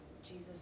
Jesus